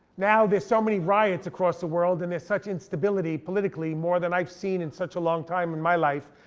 now there's so many riots across the world, and there's such instability politically, more than i've seen in such a long time in my life.